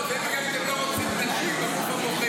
לא, זה בגלל שאתם לא רוצים נשים בגוף הבוחר.